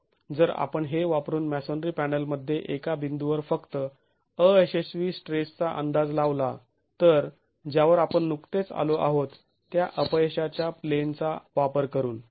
जर आपण हे वापरून मॅसोनरी पॅनल मध्ये एका बिंदूवर फक्त अयशस्वी स्ट्रेसचा अंदाज लावला तर ज्यावर आपण नुकतेच आलो आहोत त्या अपयशाच्या प्लेनचा वापर करून